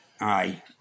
aye